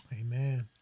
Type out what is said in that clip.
Amen